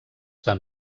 tan